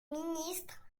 ministre